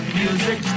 music